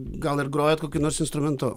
gal ir grojat kokiu nors instrumentu